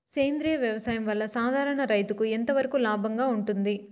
సేంద్రియ వ్యవసాయం వల్ల, సాధారణ రైతుకు ఎంతవరకు లాభంగా ఉంటుంది?